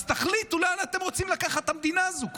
אז תחליטו לאן אתם רוצים לקחת את המדינה הזו כבר.